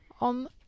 on